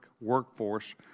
workforce